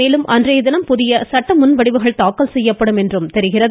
மேலும் அன்றைய தினம் புதிய சட்ட முன்வடிவுகள் தாக்கல் செய்யப்படும் என்றும் தெரிகிறது